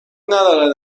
ندارد